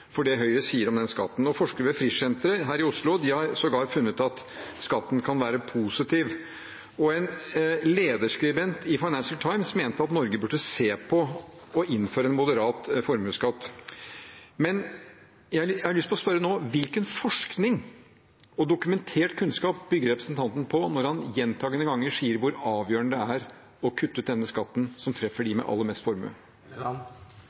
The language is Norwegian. for det Høyre sier om den skatten. Forskere ved Frischsenteret her i Oslo har sågar funnet at skatten kan være positiv. En lederskribent i Financial Times mente at Norge burde se på og innføre en moderat formuesskatt. Jeg har lyst til å spørre: Hvilken forskning og dokumentert kunnskap bygger representanten på når han gjentakende ganger sier hvor avgjørende det er å kutte ut denne skatten, som treffer dem med aller mest formue?